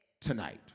tonight